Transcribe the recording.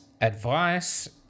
advice